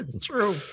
true